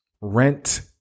rent